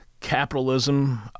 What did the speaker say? capitalism